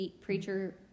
preacher